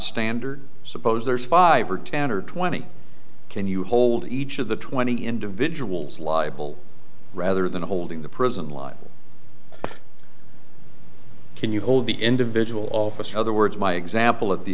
standard suppose there's five or ten or twenty can you hold each of the twenty individuals libel rather than holding the prison liable can you hold the individual officer other words my example of the